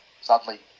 sadly